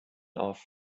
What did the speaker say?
auf